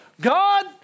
God